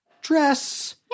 dress